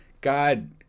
God